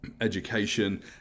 education